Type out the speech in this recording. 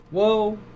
Whoa